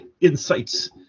insights